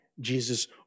Jesus